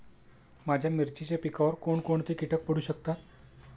माझ्या मिरचीच्या पिकावर कोण कोणते कीटक पडू शकतात?